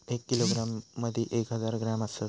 एक किलोग्रॅम मदि एक हजार ग्रॅम असात